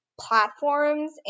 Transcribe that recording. Platforms